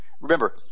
Remember